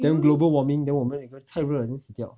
then global warming then 我们太热人死掉